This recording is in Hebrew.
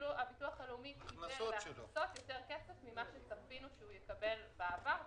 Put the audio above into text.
הביטוח הלאומי קיבל בהכנסות יותר כסף ממה שצפינו שהוא יקבל בעבר.